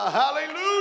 hallelujah